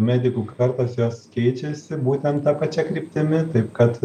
medikų kartos jos keičiasi būtent ta pačia kryptimi taip kad